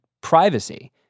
privacy